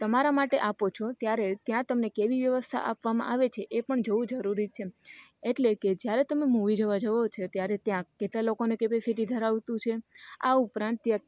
તમારાં માટે આપો છો ત્યારે ત્યાં તમને કેવી વ્યવસ્થા આપવામાં આવે છે એ પણ જોવું જરૂરી છે એટલે કે જ્યારે તમે મૂવી જોવાં જાઓ છે ત્યારે ત્યાં કેટલાં લોકોની કેપેસિટી ધરાવતું છે આ ઉપરાંત તે